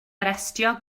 arestio